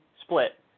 split